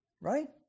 right